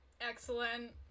Excellent